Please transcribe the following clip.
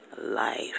life